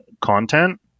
content